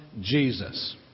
Jesus